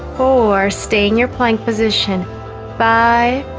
or stay in your plank position by